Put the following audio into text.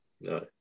no